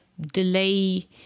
delay